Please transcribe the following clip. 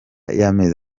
y’amezi